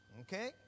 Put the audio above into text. Okay